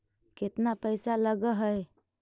केतना पैसा लगय है?